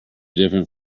different